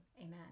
Amen